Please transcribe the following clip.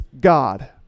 God